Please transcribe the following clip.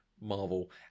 Marvel